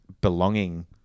belonging